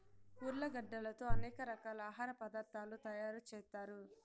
ఉర్లగడ్డలతో అనేక రకాల ఆహార పదార్థాలు తయారు చేత్తారు